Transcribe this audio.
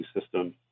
system